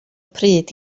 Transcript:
pryd